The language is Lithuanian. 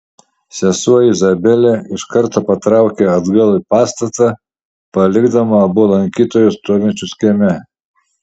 sesuo izabelė iš karto patraukė atgal į pastatą palikdama abu lankytojus stovinčius kieme